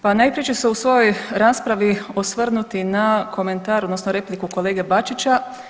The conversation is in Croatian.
Pa najprije ću se u svojoj raspravi osvrnuti na komentar odnosno repliku kolege Bačića.